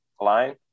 line